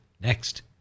next